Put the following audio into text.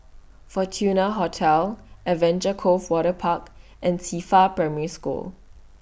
Fortuna Hotel Adventure Cove Waterpark and Qifa Primary School